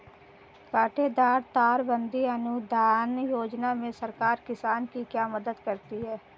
कांटेदार तार बंदी अनुदान योजना में सरकार किसान की क्या मदद करती है?